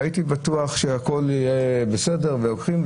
והייתי בטוח שהכול יהיה בסדר ולוקחים,